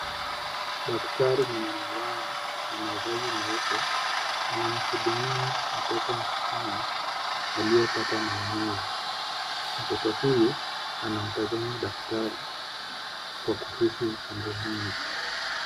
Daktrari mwenye miwani na mavazi meupe anahudumia mtoto msichana aliyepata maumivu. Mtoto huyu anamtazama daktari kwa kuhisi uchungu mwingi.